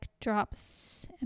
drops